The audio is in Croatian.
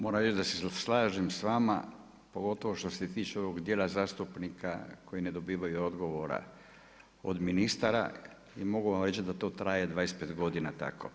Moram reći da se slažem s vama pogotovo što se tiče ovog dijela zastupnika koji ne dobivaju odgovor od ministara i mogu vam reći da to traje 25 godina tako.